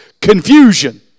confusion